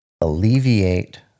alleviate